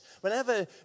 whenever